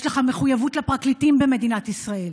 יש לך מחויבות לפרקליטים במדינת ישראל,